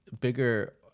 bigger